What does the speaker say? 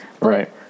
right